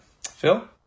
Phil